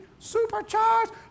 Supercharged